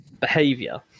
behavior